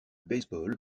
baseball